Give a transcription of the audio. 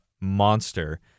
monster